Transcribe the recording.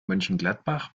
mönchengladbach